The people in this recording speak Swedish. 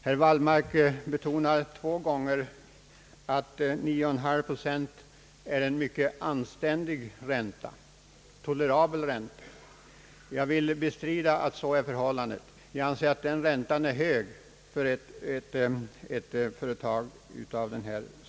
Herr Wallmark betonar två gånger att 9,5 procent är en mycket anständig ränta, en tolerabel ränta. Jag vill bestrida att så är förhållandet. Jag anser att den räntan är hög för ett företag av denna sort.